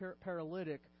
paralytic